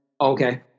Okay